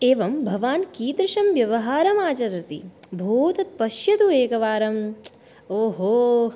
एवं भवान् कीदृशं व्यवहारमाचरति भो तत्पश्यतु एकवारं ओहो